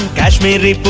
kashmiri but